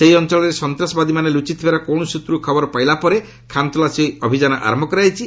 ସେହି ଅଞ୍ଚଳରେ ସନ୍ତାସବାଦୀମାନେ ଲୁଚିଥିବାର କୌଣସି ସ୍ତ୍ରରୁ ଖବର ପାଇଲାପରେ ଖାନ୍ତଲାସୀ ଆରମ୍ଭ କରାଯାଇଛି